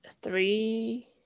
three